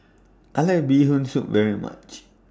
I like Bee Hoon Soup very much